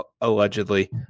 Allegedly